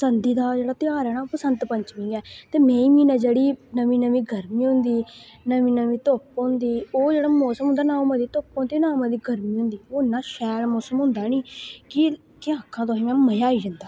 संध दा जेह्ड़ा ध्यार ऐ ना बसंत पंचमी ऐ ते मेई म्हीन जेह्ड़ी नमीं नमीं गर्मी होंदी नमीं नमीं धुप्प होंदी ओह् जेह्ड़ा मौसम होंदा न मती धुप्प हो ते न मती गर्मी होंदी ओह् इन्ना शैल मौसम होंदा नी कि केह् आक्खां तुसें मज़ा आई जंदा